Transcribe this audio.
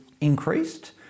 increased